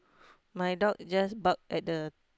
my dog just bark at the